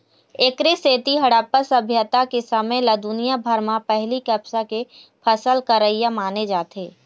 एखरे सेती हड़प्पा सभ्यता के समे ल दुनिया भर म पहिली कपसा के फसल करइया माने जाथे